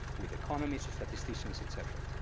with economists, statisticians, et cetera.